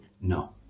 no